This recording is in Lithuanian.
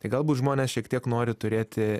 tai galbūt žmonės šiek tiek nori turėti